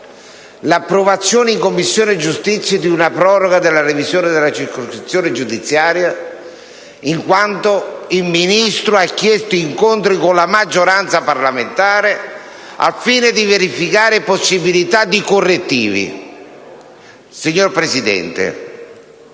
l’approvazione in Commissione giustizia di una proroga della revisione delle circoscrizioni giudiziarie, in quanto il Ministro ha chiesto incontri con la maggioranza parlamentare al fine di verificare possibilita` di apportare correttivi. Signor Presidente,